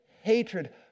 hatred